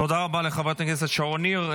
תודה רבה לחברת הכנסת שרון ניר.